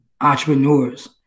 entrepreneurs